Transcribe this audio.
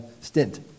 stint